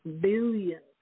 Billions